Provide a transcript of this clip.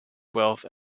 wealth